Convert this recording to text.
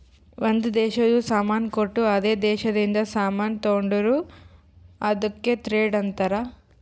ಒಂದ್ ದೇಶದು ಸಾಮಾನ್ ಕೊಟ್ಟು ಅದೇ ದೇಶದಿಂದ ಸಾಮಾನ್ ತೊಂಡುರ್ ಅದುಕ್ಕ ಟ್ರೇಡ್ ಅಂತಾರ್